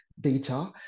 data